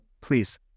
please